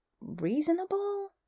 reasonable